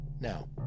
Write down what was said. Now